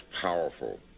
powerful